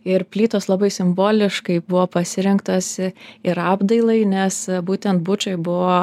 ir plytos labai simboliškai buvo pasirinktos ir apdailai nes būtent bučoj buvo